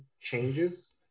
changes